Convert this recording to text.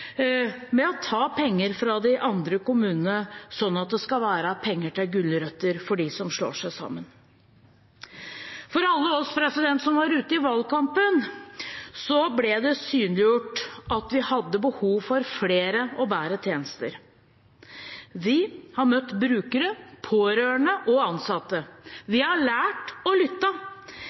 ved å ta penger fra de andre kommunene sånn at det skal være penger til gulrøtter til dem som slår seg sammen. For alle oss som var ute i valgkampen, ble det synliggjort at vi hadde behov for flere og bedre tjenester. Vi har møtt brukere, pårørende og ansatte. Vi har lært